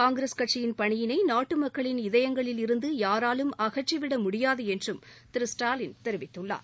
காங்கிரஸ் கட்சியின் பணியினை நாட்டுமக்களின் இதயங்களில் இருந்து யாராலும் அகற்றிவிட முடியாது என்றும் திரு ஸ்டாலின் தெரிவித்துள்ளார்